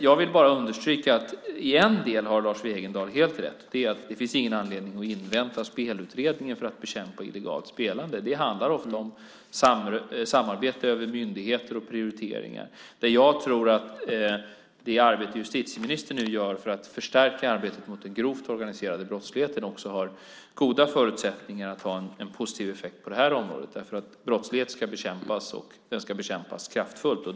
Jag vill bara understryka att Lars Wegendal i en del har helt rätt, nämligen att det inte finns någon anledning att invänta Spelutredningen för att bekämpa illegalt spelande. Det handlar ofta om samarbete över myndighetsgränser och om prioriteringar. Jag tror att det arbete som justitieministern nu gör för att förstärka arbetet mot den grovt organiserade brottsligheten har goda förutsättningar att ha en positiv effekt också på det här området. Brottslighet ska bekämpas, och den ska bekämpas kraftfullt.